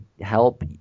help